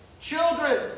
Children